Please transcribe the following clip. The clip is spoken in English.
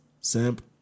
Simp